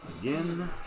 again